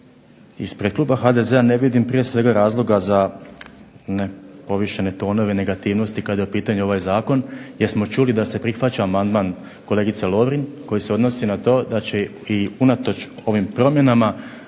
Ispred kluba HDZ-a prije svega razloga za povišene tonove, negativnosti kada je u pitanju ovaj zakon, jer smo čuli da se prihvaća amandman kolegice Lovirn koji se odnosi na to da će i unatoč ovim promjenama